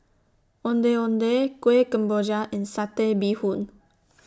Ondeh Ondeh Kueh Kemboja and Satay Bee Hoon